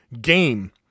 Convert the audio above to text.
game